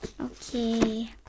Okay